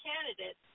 candidates